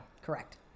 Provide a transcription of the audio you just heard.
Correct